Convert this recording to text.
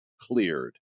cleared